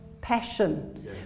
passion